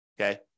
okay